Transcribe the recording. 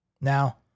Now